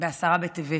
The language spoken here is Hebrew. בעשרה בטבת.